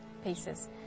pieces